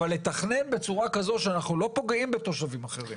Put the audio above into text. אבל לתכנן בצורה כזו שאנחנו לא פוגעים בתושבים אחרים.